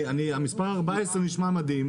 מספר 14 נשמע מדהים.